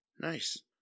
Nice